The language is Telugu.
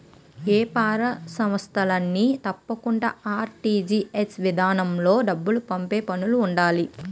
ఏపార సంస్థలన్నీ తప్పకుండా ఆర్.టి.జి.ఎస్ ఇదానంలో డబ్బులు పంపే పనులో ఉండాలి